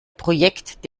projekt